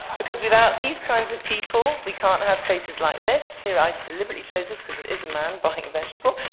because without these kinds of people we can't have places like this. here, i deliberately chose this because it is a man buying a vegetable.